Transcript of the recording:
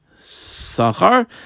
sachar